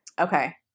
Okay